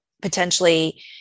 potentially